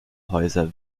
häuser